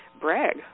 brag